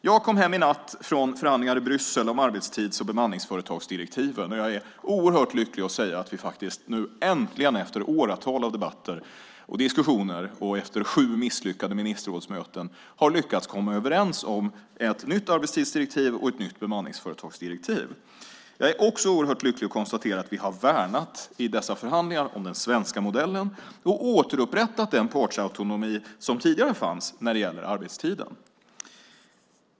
Jag kom i natt hem från förhandlingar i Bryssel om arbetstids och bemanningsföretagsdirektiven, och jag är oerhört lycklig att kunna säga att vi nu äntligen, efter åratal av debatter och diskussioner och efter sju misslyckade ministerrådsmöten, har lyckats komma överens om ett nytt arbetstidsdirektiv och ett nytt bemanningsföretagsdirektiv. Jag är också oerhört lycklig över att kunna konstatera att vi i dessa förhandlingar har värnat om den svenska modellen och återupprättat den partsautonomi som tidigare fanns när det gäller arbetstiden.